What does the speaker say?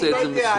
אני לא יודע.